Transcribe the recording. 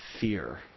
fear